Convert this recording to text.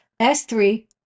S3